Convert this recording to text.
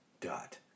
dot